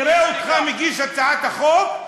נראה אותך מגיש הצעת חוק,